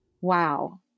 Wow